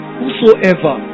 whosoever